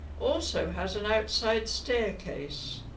also has an outside staircase.